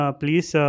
please